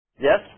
Yes